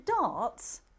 darts